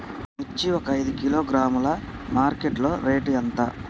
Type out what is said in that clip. మిర్చి ఒక ఐదు కిలోగ్రాముల మార్కెట్ లో రేటు ఎంత?